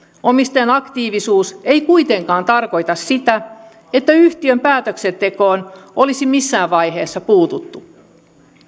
omistajan aktiivisuus ei kuitenkaan tarkoita sitä että yhtiön päätöksentekoon olisi missään vaiheessa puututtu